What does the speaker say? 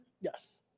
Yes